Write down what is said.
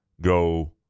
go